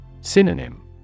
Synonym